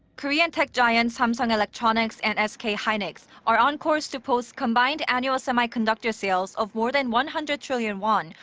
korean tech giants samsung electronics and sk hynix are on course to post combined annual semiconductor sales of more than one hundred trillion won.